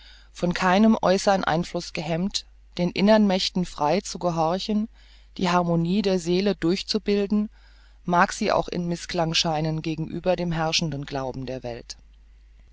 von keinem äußern einfluß gehemmt den innern mächten frei zu gehorchen die harmonie der seele durchzubilden mag sie auch ein mißklang scheinen gegenüber dem herrschenden glauben der welt